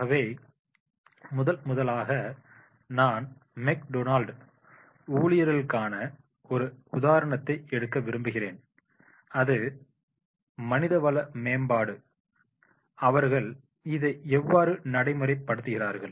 ஆகவே முதல் முதலாக நான் மெக்டொனால்ட் ஊழியர்களுக்கான ஒரு உதாரணத்தை எடுக்க விரும்புகிறேன் அது மனிதவள மேம்பாடு அவர்கள் இதை எவ்வாறு நடைமுறைப் படுத்துகிறார்கள்